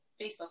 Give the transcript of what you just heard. Facebook